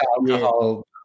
alcohol